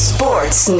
Sports